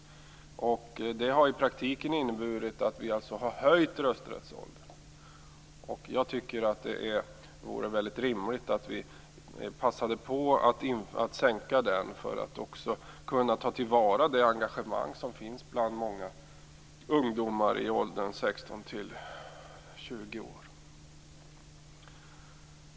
Det har i praktiken inneburit att vi har höjt rösträttsåldern. Jag tycker att det vore väldigt rimligt att vi passade på att sänka rösträttsåldern för att kunna ta till vara det engagemang som finns bland många ungdomar i åldern 16-20 år.